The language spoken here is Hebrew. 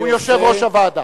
הוא יושב-ראש הוועדה.